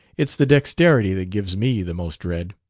it's the dexterity that gives me the most dread.